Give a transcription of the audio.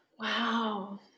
Wow